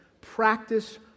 practice